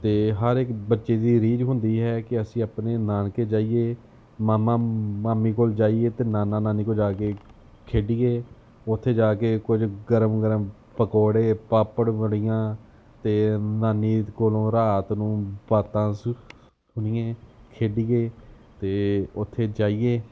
ਅਤੇ ਹਰ ਇੱਕ ਬੱਚੇ ਦੀ ਰੀਝ ਹੁੰਦੀ ਹੈ ਕਿ ਅਸੀਂ ਆਪਣੇ ਨਾਨਕੇ ਜਾਈਏ ਮਾਮਾ ਮਾਮੀ ਕੋਲ ਜਾਈਏ ਅਤੇ ਨਾਨਾ ਨਾਨੀ ਕੋਲ ਜਾ ਕੇ ਖੇਡੀਏ ਉੱਥੇ ਜਾ ਕੇ ਕੁਝ ਗਰਮ ਗਰਮ ਪਕੌੜੇ ਪਾਪੜ ਵੜੀਆਂ ਅਤੇ ਨਾਨੀ ਕੋਲੋਂ ਰਾਤ ਨੂੰ ਬਾਤਾਂ ਸੁ ਸੁਣੀਏ ਖੇਡੀਏ ਅਤੇ ਉੱਥੇ ਜਾਈਏ